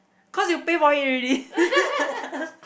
cause you pay for it already